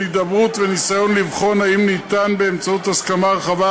הידברות וניסיון לבחון אם ניתן באמצעות הסכמה רחבה